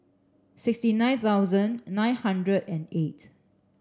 sixty nine thousand nine hundred and eight